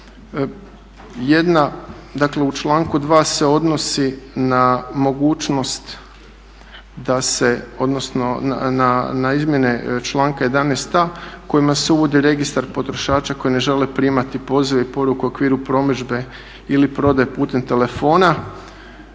da se odnosno na izmjene članka 11.a kojima se uvodi registar potrošača koji ne žele primati pozive i poruke u okviru promidžbe ili prodaje putem telefona.